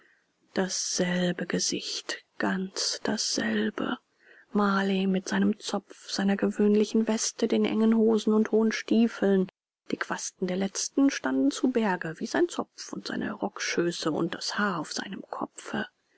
dasselbe gesicht ganz dasselbe marley mit seinem zopf seiner gewöhnlichen weste den engen hosen und hohen stiefeln die quasten der letztern standen zu berge wie sein zopf und seine rockschöße und das haar auf seinem kopfe